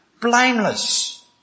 Blameless